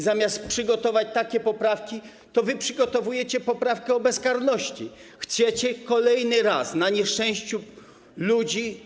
Zamiast przygotować takie poprawki, wy przygotowujecie poprawkę o bezkarności, chcecie kolejny raz żerować na nieszczęściu ludzi.